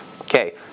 Okay